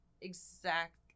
exact